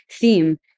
theme